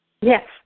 Yes